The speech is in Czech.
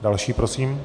Další prosím.